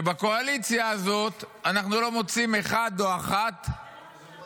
שבקואליציה הזאת אנחנו לא מוצאים אחד או אחת --- אתה יודע